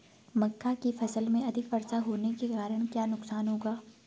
मक्का की फसल में अधिक वर्षा होने के कारण क्या नुकसान होगा?